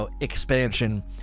expansion